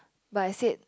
but I said